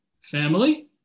family